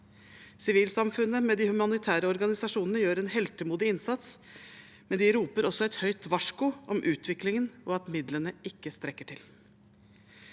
Sivilsamfunnet med de humanitære organisasjonene gjør en heltemodig innsats, men de roper også et høyt varsko om utviklingen, og at midlene ikke strekker til.